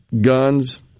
guns